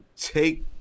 take